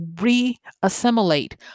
re-assimilate